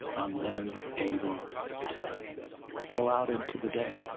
i'm then able to go out into the day